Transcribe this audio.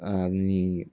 आणि